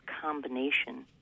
combination